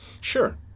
Sure